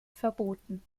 verboten